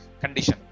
Condition